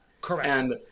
Correct